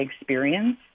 experience